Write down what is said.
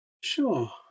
Sure